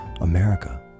America